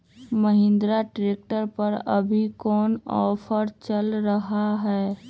Mahindra tractor पर अभी कोन ऑफर चल रहा है?